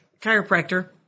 chiropractor